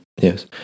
Yes